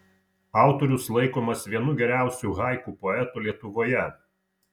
autorius laikomas vienu geriausiu haiku poetų lietuvoje